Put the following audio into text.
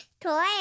toy